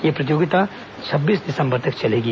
यह प्रतियोगिता छब्बीस दिसंबर तक चलेगी